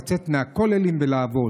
לצאת מהכוללים ולעבוד.